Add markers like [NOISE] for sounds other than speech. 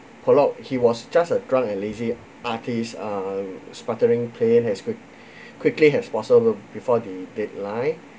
pollockhe was just a drunk and lazy artist uh splattering plane as quick [BREATH] quickly as possible before the deadline